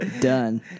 Done